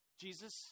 Jesus